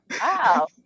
Wow